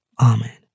Amen